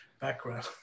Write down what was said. background